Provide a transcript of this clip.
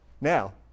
Now